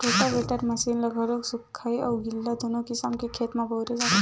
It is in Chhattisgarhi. रोटावेटर मसीन ल घलो सुख्खा अउ गिल्ला दूनो किसम के खेत म बउरे जाथे